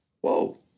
Whoa